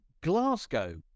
Glasgow